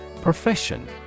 Profession